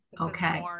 okay